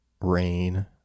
rain